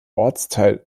ortsteil